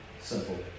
simple